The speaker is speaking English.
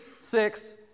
six